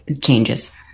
changes